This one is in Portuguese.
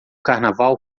carnaval